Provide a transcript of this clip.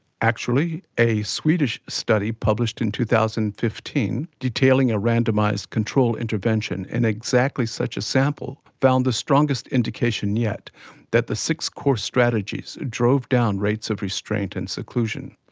actually, a swedish study published in two thousand and fifteen, detailing a randomised control intervention in exactly such a sample found the strongest indication yet that the six core strategies drove down rates of restraint and seclusion.